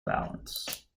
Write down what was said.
balance